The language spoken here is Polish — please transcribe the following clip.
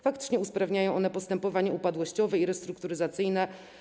Faktycznie usprawniają one postępowanie upadłościowe i restrukturyzacyjne.